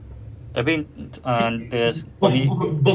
tapi ah the